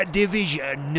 division